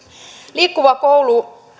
liikkuva koulu